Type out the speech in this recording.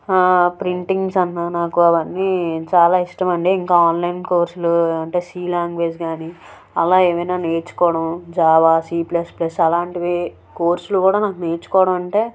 printings అన్నా నాకు అవన్నీ చాలా ఇష్టం అండి ఇంకా ఆన్లైన్ కోర్సులు అంటే సి లాంగ్వేజ్ కాని అలా ఏమైనా నేర్చుకోవడం జావా సి ప్లస్ ప్లస్ అలాంటివి కోర్సులు కూడా నాకు నేర్చుకోవడం అంటే